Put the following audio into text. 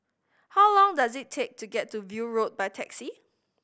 how long does it take to get to View Road by taxi